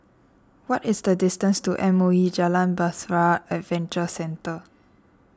what is the distance to M O E Jalan Bahtera Adventure Centre